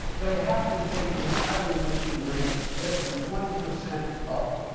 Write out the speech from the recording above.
they have to take this highly enriched uranium, get it from twenty percent up.